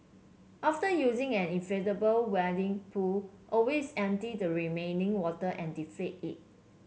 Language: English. after using an inflatable wading pool always empty the remaining water and deflate it